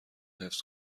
حفظ